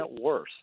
worse